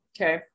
Okay